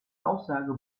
aussage